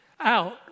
out